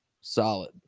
solid